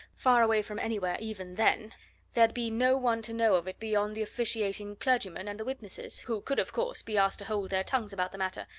far away from anywhere, even then there'd be no one to know of it beyond the officiating clergyman and the witnesses, who could, of course, be asked to hold their tongues about the matter,